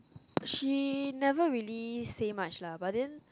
she never really say much lah but then